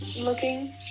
looking